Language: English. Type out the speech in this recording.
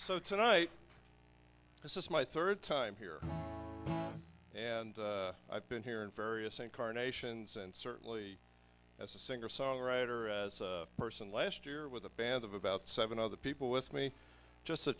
so tonight this is my third time here and i've been here in various incarnations and certainly as a singer songwriter as a person last year with a band of about seven other people with me just a